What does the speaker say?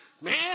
man